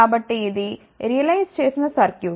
కాబట్టి ఇది రియలైజ్ చేసిన సర్క్యూట్